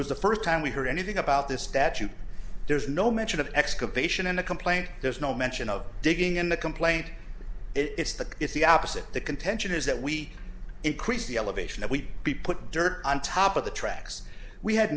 was the first time we heard anything about this statute there's no mention of excavation in a complaint there's no mention of digging in the complaint it's the it's the opposite the contention is that we increase the elevation that we be put dirt on top of the tracks we had